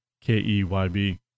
K-E-Y-B